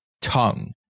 tongue